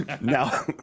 Now